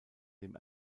dem